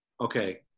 okay